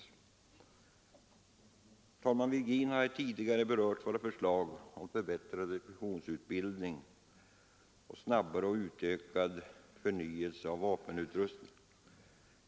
Herr andre vice talmannen Virgin har här tidigare berört våra förslag om förbättrad repetitionsutbildning och snabbare och utökad förnyelse av vapenutrustning.